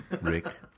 Rick